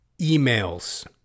Emails